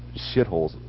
shitholes